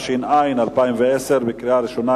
התש"ע 2010, קריאה ראשונה.